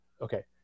Okay